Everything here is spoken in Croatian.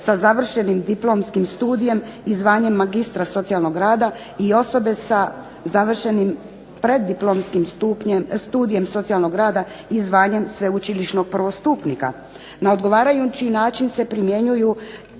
Na odgovarajući način se primjenjuju